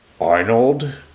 Arnold